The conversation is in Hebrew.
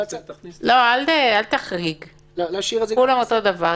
אל תחריג, כולם אותו דבר.